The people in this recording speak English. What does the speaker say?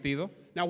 Now